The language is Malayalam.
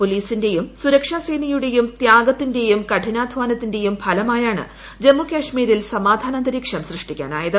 പോലീസിന്റെയും സുരക്ഷാ സേനയുടേയും ത്യാഗത്തിന്റെയും കഠിനാദ്ധ്യാനത്തിന്റെയും ഫലമായാണ് ജമ്മുകശ്മീരിൽ സമാധാനാത്യത്ത്ീക്ഷം സൃഷ്ടിക്കാനായത്